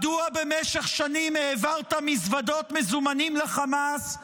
מדוע במשך שנים העברת מזוודות מזומנים לחמאס,